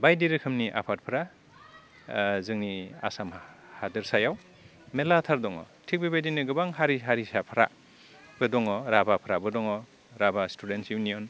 बायदि रोखोमनि आफादफोरा जोंनि आसाम हा हादोरसायाव मेरलाथार दङ थिग बेबायदिनो गोबां हारि हारिसाफ्रा बो दङ राभाफ्राबो दङ राभा स्टुदेन्टस इउनियन